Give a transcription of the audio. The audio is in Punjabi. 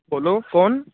ਬੋਲੋ ਕੌਣ